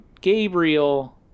Gabriel